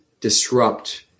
disrupt